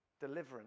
deliverance